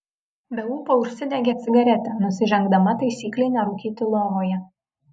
be ūpo užsidegė cigaretę nusižengdama taisyklei nerūkyti lovoje